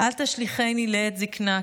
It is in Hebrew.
"אל תשליכני לעת זקנה,